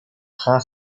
prend